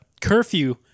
curfew